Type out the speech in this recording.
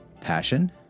passion